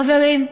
חברים,